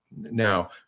now